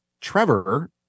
Trevor